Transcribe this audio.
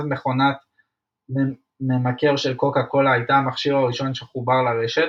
אז מכונת ממכר של קוקה-קולה הייתה המכשיר הראשון שחובר לרשת,